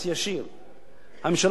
הממשלה ויתרה על כמה מיליארדים הכנסה.